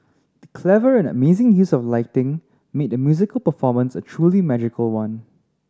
the clever and amazing use of lighting made the musical performance a truly magical one